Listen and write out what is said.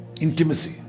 Intimacy